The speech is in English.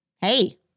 Hey